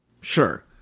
Sure